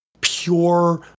pure